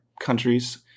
countries